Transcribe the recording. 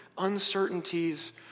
uncertainties